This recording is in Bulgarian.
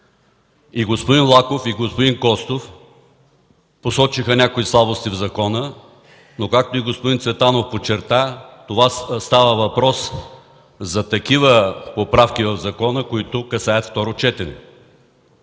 И господин Лаков, и господин Костов посочиха някои слабости в законопроекта, но, както и господин Цветанов подчерта, става въпрос за такива поправки, които касаят второ четене.